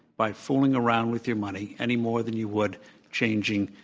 by fooling around with your money, any more than you would changing,